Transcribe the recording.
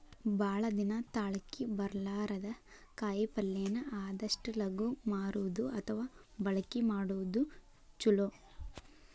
ಭಾಳ ದಿನಾ ತಾಳಕಿ ಬರ್ಲಾರದ ಕಾಯಿಪಲ್ಲೆನ ಆದಷ್ಟ ಲಗು ಮಾರುದು ಅಥವಾ ಬಳಕಿ ಮಾಡುದು ಚುಲೊ